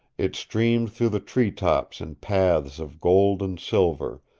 it streamed through the treetops in paths of gold and silver,